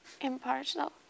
impartial